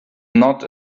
not